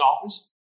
office